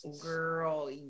girl